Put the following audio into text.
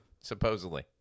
supposedly